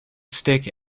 stick